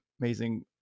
amazing